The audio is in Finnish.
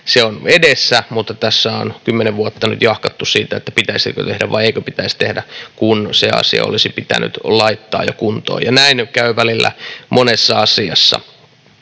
se on edessä, mutta tässä on kymmenen vuotta nyt jahkattu siitä, että pitäisikö tehdä vai eikö pitäisi tehdä, kun se asia olisi jo pitänyt laittaa kuntoon. Näin käy välillä monessa asiassa,